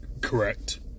Correct